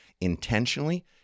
intentionally